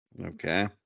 Okay